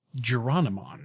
Geronimon